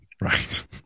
Right